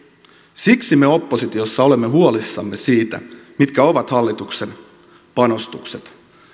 siksi me oppositiossa olemme huolissamme siitä mitkä ovat hallituksen panostukset